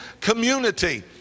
community